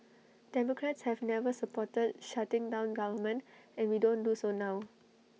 democrats have never supported shutting down government and we don't do so now